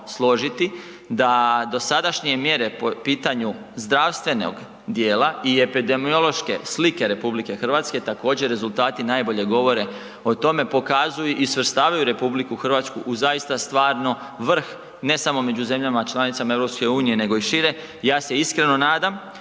složiti da dosadašnje mjere po pitanju zdravstvenog dijela i epidemiološke slike RH također rezultati najbolje govore o tome, pokazuju i svrstavaju RH u zaista stvarno vrh, ne samo među zemljama članicama EU nego i šire. Ja se iskreno nadam